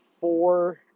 four